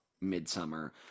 midsummer